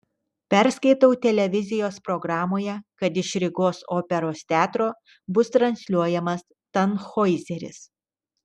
perskaitau televizijos programoje kad iš rygos operos teatro bus transliuojamas tanhoizeris